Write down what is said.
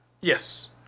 yes